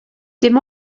dim